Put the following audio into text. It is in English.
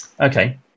Okay